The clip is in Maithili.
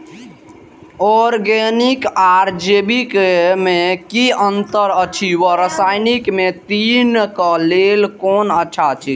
ऑरगेनिक आर जैविक में कि अंतर अछि व रसायनिक में तीनो क लेल कोन अच्छा अछि?